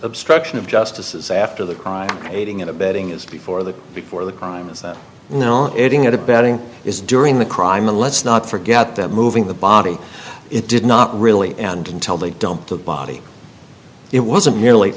obstruction of justice is after the crime aiding and abetting is before the before the crime is that adding at abetting is during the crime and let's not forget that moving the body it did not really and until they dumped the body it wasn't merely